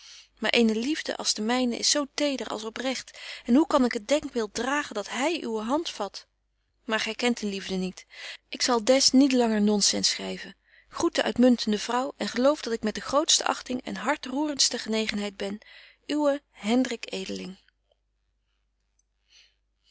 eene liefde als de myne is zo teder als oprecht en hoe kan ik het denkbeeld dragen dat hy uwe hand vat maar gy kent de liefde niet ik zal des niet langer non sense schryven groet de uitmuntende vrouw en geloof dat ik met de grootste achting en hartroerentste genegenheid ben